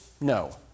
No